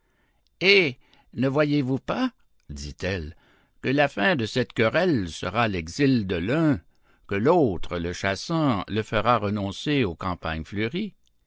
eh ne voyez-vous pas dit-elle que la fin de cette querelle sera l'exil de l'un que l'autre le chassant le fera renoncer aux campagnes fleuries